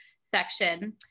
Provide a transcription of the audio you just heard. section